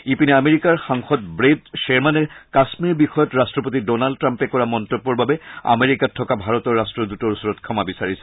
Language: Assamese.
ইপিনে আমেৰিকাৰ সাংসদ ব্ৰেড শ্বেৰমানে কাশ্মীৰ বিষয়ত ৰাষ্ট্ৰপতি ডনাল্ড ট্ৰাম্পে কৰা মন্তব্যৰ বাবে আমেৰিকাত থকা ভাৰতৰ ৰাষ্ট্ৰদূতৰ ওচৰত ক্ষমা বিচাৰিছে